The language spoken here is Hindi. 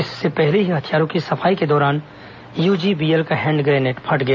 इससे पहले ही हथियारों की सफाई के दौरान यूजीबीएल का हैंड ग्रेनेड फट गया